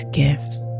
gifts